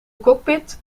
cockpit